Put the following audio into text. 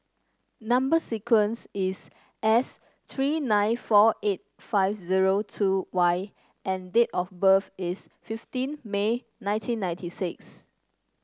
number sequence is S three nine four eight five zero two Y and date of birth is fifteen May nineteen ninety six